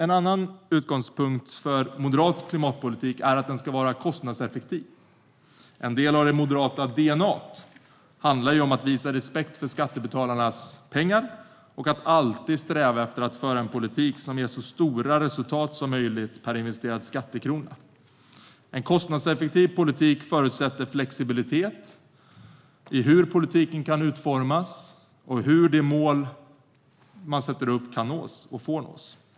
En annan utgångspunkt för moderat klimatpolitik är att den ska vara kostnadseffektiv. En del av det moderata DNA:t handlar ju om att visa respekt för skattebetalarnas pengar och att alltid sträva efter att föra en politik som ger så stora resultat som möjlighet per investerad skattekrona. En kostnadseffektiv politik förutsätter flexibilitet i hur politiken kan utformas och hur de uppsatta målen kan och får nås.